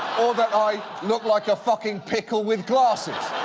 or that i look like a fucking pickle with glasses.